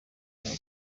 yabo